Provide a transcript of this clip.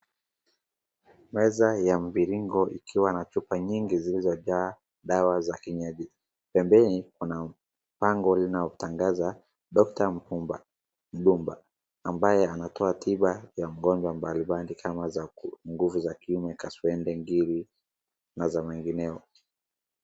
Meza ya mviringo ikiwa na chupa nyingi zilizojaa dawa za kienyeji. Pembeni kuna mpango linaotangaza doctor Mpumba Mduba ambaye anatoa tiba ya magonjwa mbalimbali kama za nguvu za kiume, kaswende, ngiri na za mengineo.